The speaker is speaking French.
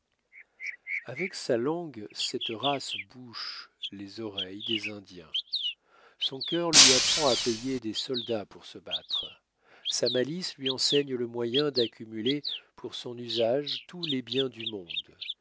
avec sa langue cette race bouche les oreilles des indiens son cœur lui apprend à payer des soldats pour se battre sa malice lui enseigne le moyen d'accumuler pour son usage tous les biens du monde